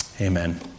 Amen